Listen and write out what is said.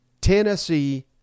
Tennessee